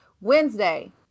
Wednesday